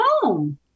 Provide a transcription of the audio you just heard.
home